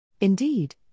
Indeed